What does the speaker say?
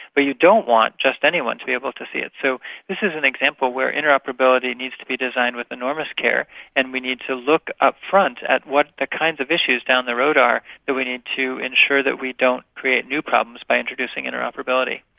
but you don't want just anyone to be able to see it. so this is an example where interoperability needs to be designed with enormous care and we need to look up-front at what the kinds of issues down the road are that we need to ensure that we don't create new problems by introducing interoperability.